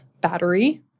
battery